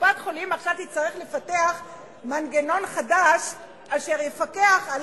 קופת-חולים עכשיו תצטרך לפתח מנגנון חדש אשר יפקח על